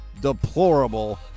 deplorable